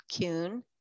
Kuhn